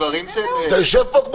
דברים שהם --- כן,